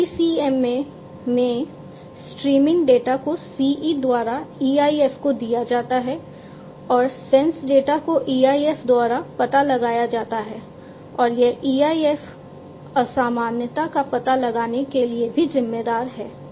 SDCMA में streaming data को CE द्वारा EIF को दिया जाता है और सेंस डेटा को EIF द्वारा पता लगाया जाता है और यह EIF असामान्यता का पता लगाने के लिए भी जिम्मेदार है